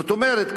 זאת אומרת,